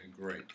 great